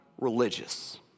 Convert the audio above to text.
religious